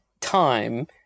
time